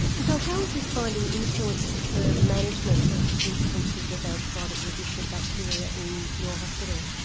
and so how has this finding influenced the management of incidences of antibiotic resistant bacteria in your hospital?